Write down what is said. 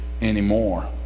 anymore